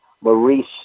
Maurice